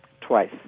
twice